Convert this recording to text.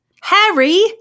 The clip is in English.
Harry